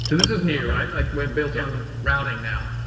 this is new, right? we're built on routing now.